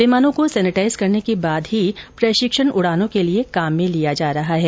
विमानों को सेनेटाइज करने के बाद ही प्रशिक्षण उडानों के लिए काम में लिया जा रहा है